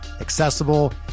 accessible